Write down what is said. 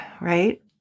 right